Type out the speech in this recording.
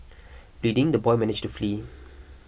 bleeding the boy managed to flee